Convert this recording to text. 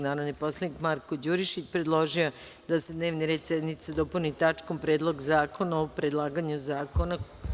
Narodni poslanik Marko Đurišić je predložio da se dnevni red sednice dopuni tačkom Predlog zakona o predlaganju zakona.